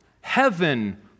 Heaven